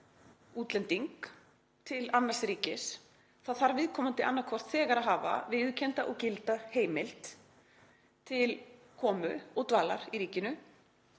útlending til annars ríkis þarf viðkomandi annaðhvort þegar að hafa viðurkennda og gilda heimild til komu og dvalar í ríkinu